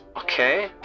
Okay